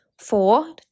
Four